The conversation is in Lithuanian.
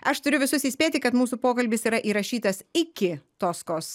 aš turiu visus įspėti kad mūsų pokalbis yra įrašytas iki toskos